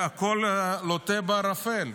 והכול לוט בערפל.